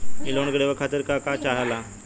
इ लोन के लेवे खातीर के का का चाहा ला?